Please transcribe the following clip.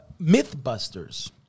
Mythbusters